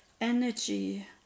energy